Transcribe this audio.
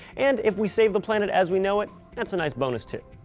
and if we save the planet as we know it that's a nice bonus to.